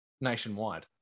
nationwide